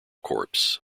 corpse